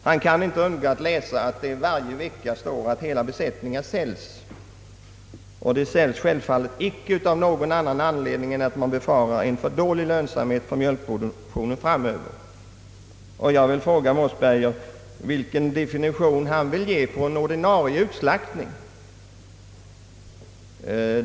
Han kan inte undgå att läsa att hela besättningar säljs varje vecka, och de säljs självfallet inte av någon annan anledning än att man befarar och redan känner en för dålig lönsamhet för mjölkproduktionen. Jag vill fråga herr Mossberger vilken definition han vill ge på en ordinär och extraordinär utslaktning.